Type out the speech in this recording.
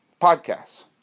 podcasts